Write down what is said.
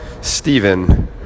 Stephen